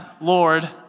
Lord